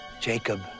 Jacob